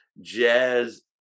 jazz